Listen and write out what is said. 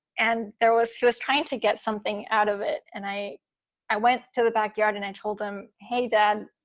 and there was he was trying to get something out of it. and i i went to the back yard and and told him, hey, dad,